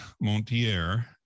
Montier